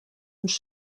uns